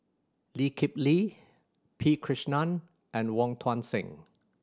Lee Kip Lee P Krishnan and Wong Tuang Seng